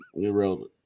Irrelevant